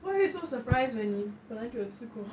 why are you supposed surprise when 你本来就是吃过